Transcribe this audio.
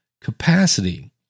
capacity